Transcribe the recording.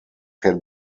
can